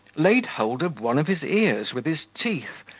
laid hold of one of his ears with his teeth,